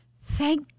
thank